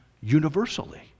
universally